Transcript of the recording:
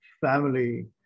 family